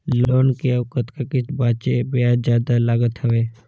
Loan के अउ कतका किस्त बांचें हे? ब्याज जादा लागत हवय,